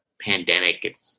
pandemic